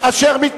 מה קרה?